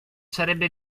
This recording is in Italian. sarebbe